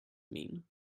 mean